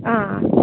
आं